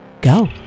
Go